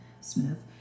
Smith